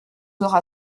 aura